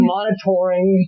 Monitoring